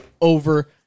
over